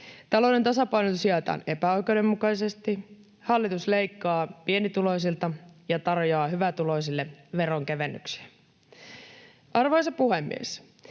Talouden tasapainotus jaetaan epäoikeudenmukaisesti, hallitus leikkaa pienituloisilta ja tarjoaa hyvätuloisille veronkevennyksiä. Arvoisa puhemies!